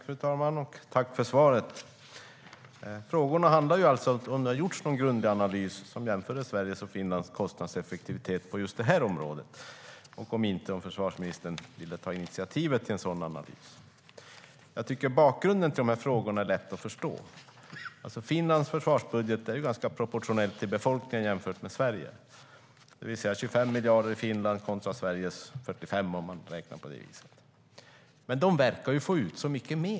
Fru talman! Jag tackar försvarsministern för svaret. Frågorna handlade om ifall det har gjorts någon grundlig analys som jämför Sveriges och Finlands kostnadseffektivitet på just det här området, inte om försvarsministern vill ta initiativ till en sådan analys. Bakgrunden till mina frågor är lätt att förstå. Finlands försvarsbudget är ganska mycket i proportion till befolkningen jämfört med Sveriges, det vill säga 25 miljarder i Finland kontra Sveriges 45 miljarder. Men de verkar få ut så mycket mer.